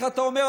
איך אתה אומר,